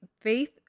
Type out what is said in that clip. faith